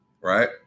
Right